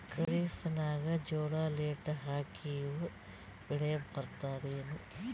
ಖರೀಫ್ ನಾಗ ಜೋಳ ಲೇಟ್ ಹಾಕಿವ ಬೆಳೆ ಬರತದ ಏನು?